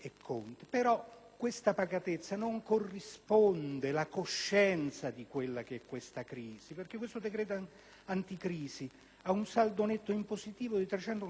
tale pacatezza non corrisponde alla coscienza di questa crisi perché questo decreto anticrisi ha un saldo netto in positivo di 390 milioni